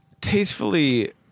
tastefully